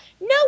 No